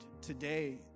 today